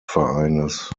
vereines